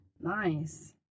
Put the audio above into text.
Nice